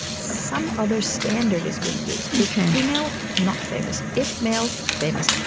some other standard is being used. if female, not famous. if male, famous.